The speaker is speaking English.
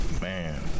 Man